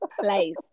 place